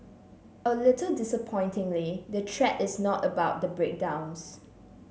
a little disappointingly the thread is not about the breakdowns